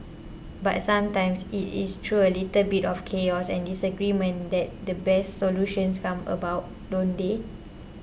but sometimes it is through a little bit of chaos and disagreement that the best solutions come about don't they